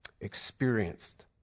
experienced